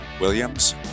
Williams